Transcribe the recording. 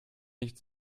nicht